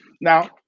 now